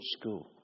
School